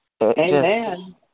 Amen